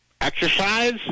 Exercise